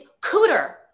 Cooter